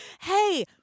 hey